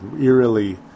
eerily